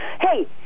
Hey